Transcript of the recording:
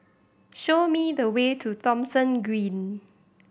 show me the way to Thomson Green